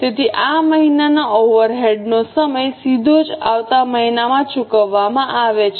તેથી આ મહિનાના ઓવરહેડ્સનો સમય સીધો જ આવતા મહિનામાં ચૂકવવામાં આવે છે